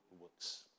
works